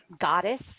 goddess